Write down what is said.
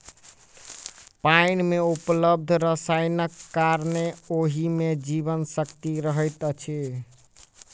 पाइन मे उपलब्ध रसायनक कारणेँ ओहि मे जीवन शक्ति रहैत अछि